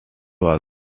was